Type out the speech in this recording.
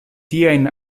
tiajn